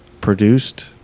produced